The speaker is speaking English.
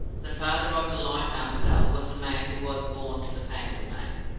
the father of the light armadale was the man who was born to the family name,